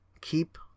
keep